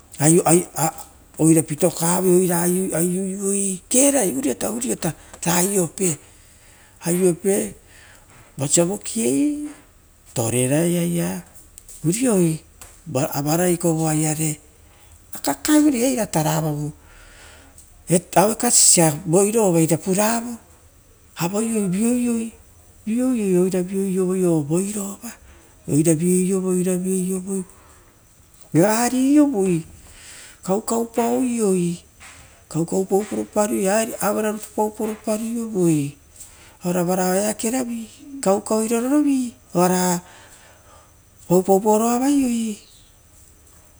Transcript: Oira pitokavo, oira oioiovoi. kerarai uriota, uriota ra aiope, aiope vosia vo kiei, toreai aia avarai kovoa iare. Kakaevure iratara avavoo aue kasisia voirova iria puravoi avaiei viouio, oira viouio voi ovoirova oira vioiovo, vioiovoi gariovoi kaukau parei. Kaukau ppaupau paio aueranitu puraiovoi ora varao eakeravi kaukau iro rovi oara pau pauparoavaie.